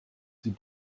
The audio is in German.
sie